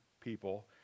people